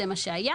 זה מה שהיה,